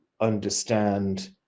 understand